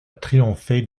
triompher